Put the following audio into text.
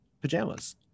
pajamas